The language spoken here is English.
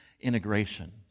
Integration